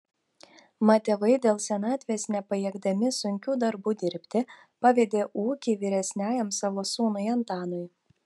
mat tėvai dėl senatvės nepajėgdami sunkių darbų dirbti pavedė ūkį vyresniajam savo sūnui antanui